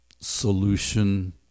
solution